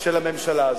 של הממשלה הזאת.